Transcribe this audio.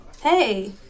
Hey